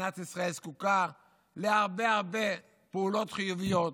מדינת ישראל זקוקה להרבה הרבה פעולות חיוביות.